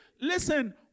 Listen